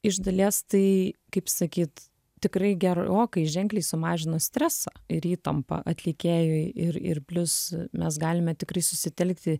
iš dalies tai kaip sakyt tikrai gerokai ženkliai sumažino stresą ir įtampą atlikėjui ir ir plius mes galime tikrai susitelkti